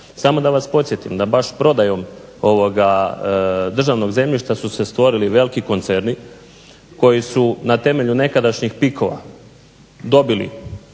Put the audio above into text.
Samo da vas podsjetim da baš prodajom državnog zemljišta su se stvorili veliki koncerni koji su na temelju nekadašnjih PIK-ova dobili